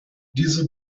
diese